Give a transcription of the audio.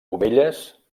ovelles